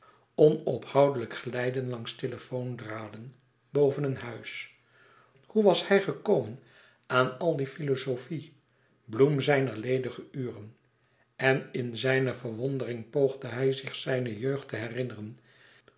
onophoudelijk glijden langs telefoondraden boven een huis hoe was hij gekomen aan al die filozofie bloem zijner ledige uren en in zijne verwondering poogde hij zich zijne jeugd te herinneren